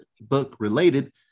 book-related